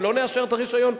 שלא נאשר את הרשיון?